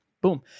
Boom